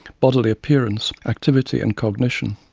bodily appearance, activity and cognition.